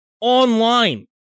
online